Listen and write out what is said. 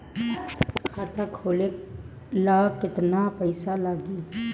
खाता खोले ला केतना पइसा लागी?